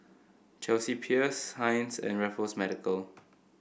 Chelsea Peers Heinz and Raffles Medical